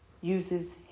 uses